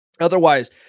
Otherwise